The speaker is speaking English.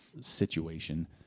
situation